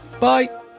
Bye